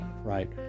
right